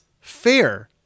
fair